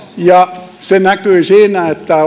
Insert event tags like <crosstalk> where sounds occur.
se näkyi siinä että <unintelligible>